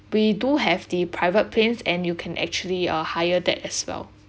we do have the private planes and you can actually uh hire that as well